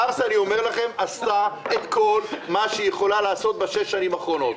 מפעל חרסה עשה את כל מה שהוא יכול לעשות בשש השנים האחרונות,